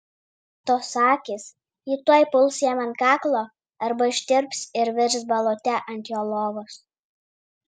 tos akys ji tuoj puls jam ant kaklo arba ištirps ir virs balute ant jo lovos